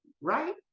right